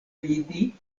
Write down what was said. vidi